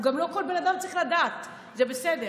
גם לא כל בן אדם צריך לדעת, זה בסדר.